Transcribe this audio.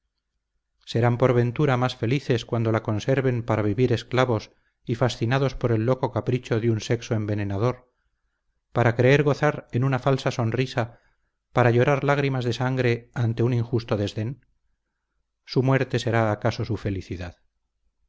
serán por ventura más felices cuando la conserven para vivir esclavos y fascinados por el loco capricho de un sexo envenenador para creer gozar en una falsa sonrisa para llorar lágrimas de sangre ante un injusto desdén su muerte será acaso su felicidad